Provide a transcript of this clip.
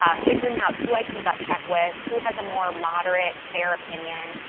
um figuring out who i can gut check with, who has a more moderate, fair opinion.